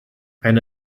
eine